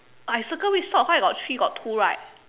I circle which sock cause I got three you got two right